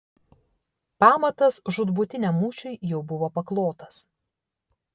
pamatas žūtbūtiniam mūšiui jau buvo paklotas